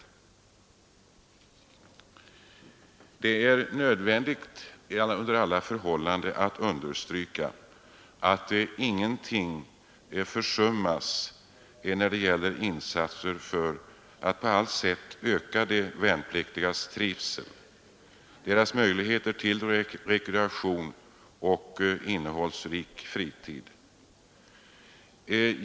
Under alla förhållanden är det viktigt att understryka att ingenting försummas när det gäller insatser för att på allt sätt öka de värnpliktigas trivsel, deras möjligheter till rekreation och innehållsrik fritid.